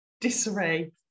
disarray